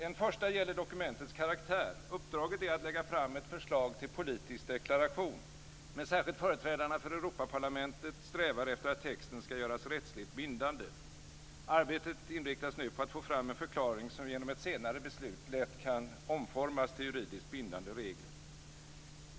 En första gäller dokumentets karaktär. Uppdraget är att lägga fram ett förslag till politisk deklaration. Men särskilt företrädarna för Europaparlamentet strävar efter att texten ska göras rättsligt bindande. Arbetet inriktas nu på att få fram en förklaring, som genom ett senare beslut lätt kan omformas till juridiskt bindande regler.